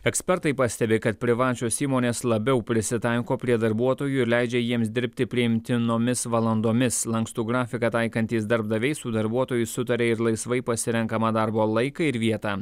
ekspertai pastebi kad privačios įmonės labiau prisitaiko prie darbuotojų ir leidžia jiems dirbti priimtinomis valandomis lankstų grafiką taikantys darbdaviai su darbuotoju sutaria ir laisvai pasirenkamą darbo laiką ir vietą